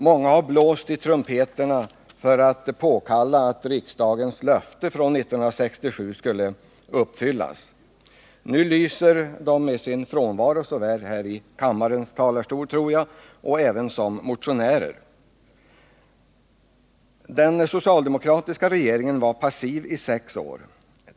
Många har blåst i trumpeterna för att riksdagens löfte från 1967 skulle uppfyllas — nu lyser de med sin frånvaro både som talare i denna debatt och som motionärer. Den socialdemokratiska regeringen var passiv i sex år.